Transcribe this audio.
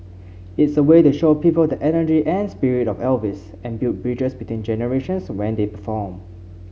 it's a way to show people the energy and spirit of Elvis and build bridges between generations when they perform